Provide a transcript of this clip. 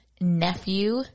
nephew